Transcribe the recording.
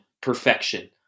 perfection